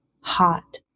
Hot